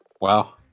Wow